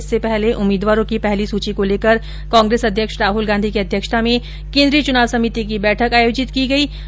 इससे पहले उम्मीदवारों की पहली सूची को लेकर कांग्रेस अध्यक्ष राहल गांधी की अध्यक्षता में केंद्रीय चुनाव समिति की बैठक आयोजित की गईं